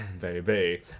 baby